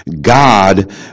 God